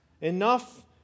Enough